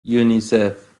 یونیسف